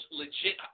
legit